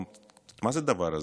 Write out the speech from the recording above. מה זה הדבר הזה?